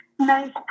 nice